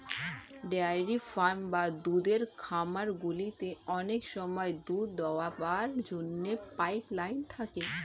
dairy farm বা দুধের খামারগুলিতে অনেক সময় দুধ দোয়াবার জন্য পাইপ লাইন থাকে